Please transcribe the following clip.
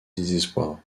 désespoir